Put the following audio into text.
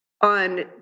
on